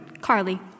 Carly